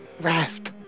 Rasp